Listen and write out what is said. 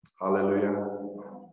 Hallelujah